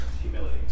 humility